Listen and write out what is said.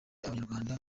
abanyarwanda